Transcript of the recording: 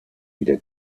wieder